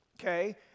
okay